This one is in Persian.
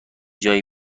جایی